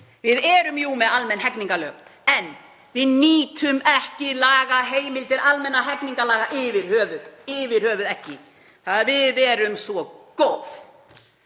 Við erum jú með almenn hegningarlög en við nýtum ekki lagaheimildir almennra hegningarlaga yfir höfuð, yfir höfuð ekki. Það er af því að við erum svo góð.